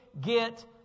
get